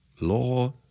Law